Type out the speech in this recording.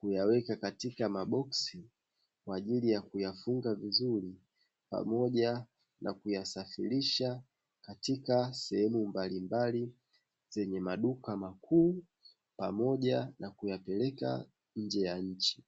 kuyaweka katika maboksi kwa ajili ya kuyafunga vizuri pamoja na kuyasafirisha katika sehemu mbalimbali zenye maduka makuu pamoja na kuyapeleka nje ya nchi.